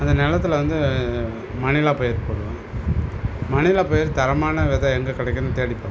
அந்த நிலத்துல வந்து மணிலா பயிர் போடுவேன் மணிலா பயிர் தரமான வித எங்கே கிடக்கும்னு தேடிப் பார்த்தேன்